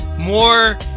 more